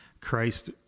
Christ